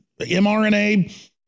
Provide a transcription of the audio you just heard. mRNA